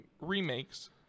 remakes